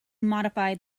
modify